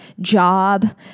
job